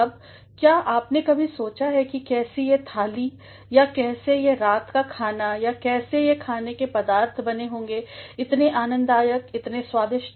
अब क्या आपने कभी सोचा है कि कैसे ये थाली या कैसे ये रात का खाना या कैसे ये खाने के पदार्थ बने होंगेइतनेआनंदायक इतने स्वादिष्ट